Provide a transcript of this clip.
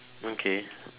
okay